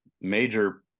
major